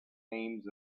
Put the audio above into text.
names